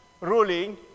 ruling